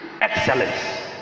excellence